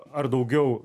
ar daugiau